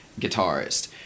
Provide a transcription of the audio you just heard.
guitarist